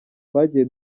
twagiye